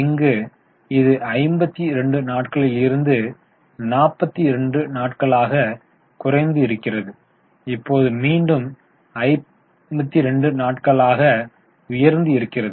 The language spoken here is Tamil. இங்கு இது 52 நாட்களில் இருந்து 42 நாட்களாக குறைந்தது இருக்கிறது இப்போது மீண்டும் 52 நாட்களாக உயர்ந்து இருக்கிறது